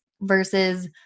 versus